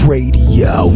Radio